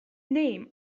name